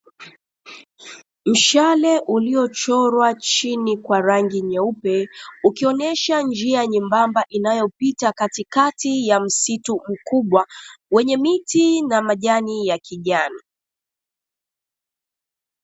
Mshale uliochorwa chini kwa rangi nyeupe, ukionyesha njia nyembamba inayopita katikati ya msitu mkubwa, wenye miti na majani ya kijani.